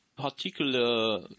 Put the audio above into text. particular